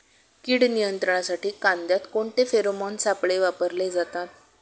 कीड नियंत्रणासाठी कांद्यात कोणते फेरोमोन सापळे वापरले जातात?